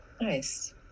Nice